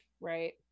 Right